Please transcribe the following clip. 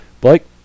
Blake